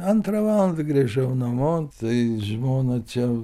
antrą valandą grįžau namo tai žmona čia